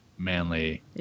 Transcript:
manly